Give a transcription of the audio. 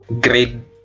grade